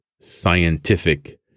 scientific